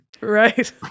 Right